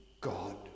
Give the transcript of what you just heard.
God